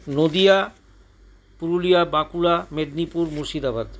Nadia Purulia Bankura Medinipur Murshidabad